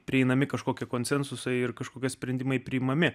prieinami kažkokį konsensusą ir kažkokie sprendimai priimami